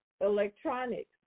electronics